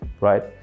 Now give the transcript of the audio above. right